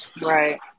Right